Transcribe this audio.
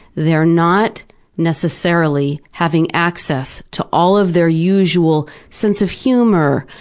they're not necessarily having access to all of their usual sense of humor,